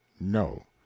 No